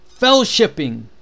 fellowshipping